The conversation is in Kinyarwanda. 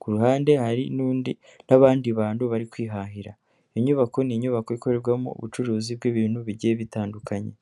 ku ruhande hari n'undi n'abandi bantu bari kwihahira, inyubako ni inyubako ikorerwamo ubucuruzi bw'ibintu bigiye bitandukanye.